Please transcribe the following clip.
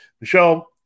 Michelle